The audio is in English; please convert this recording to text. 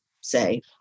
say